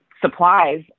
supplies